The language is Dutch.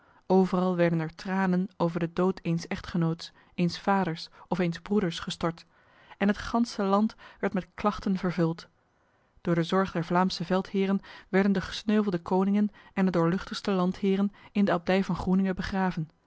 overal werden er tranen over de dood eens echtgenoots eens vaders of eens broeders gestort en het ganse land werd met klachten vervuld door de zorg der vlaamse veldheren werden de gesneuvelde koningen en de doorluchtigste landheren in de abdij van groeninge begraven